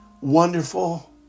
wonderful